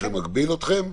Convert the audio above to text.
זה משהו שמגביל אתכם?